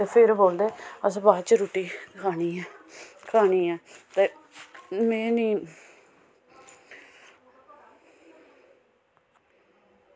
ते फिर बोलदे असें बाद बिच्च रुट्टी खानी ऐ ते में निं